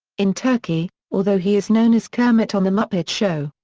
in turkey, although he is known as kermit on the muppet show,